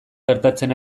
gertatzen